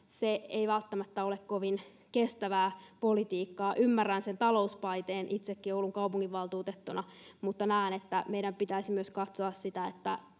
ei välttämättä ole kovin kestävää politiikkaa ymmärrän sen talouspaineen itsekin oulun kaupunginvaltuutettuna mutta näen että meidän pitäisi myös katsoa sitä